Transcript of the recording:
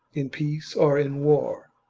in peace or in war.